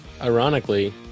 ironically